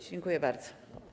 Dziękuję bardzo.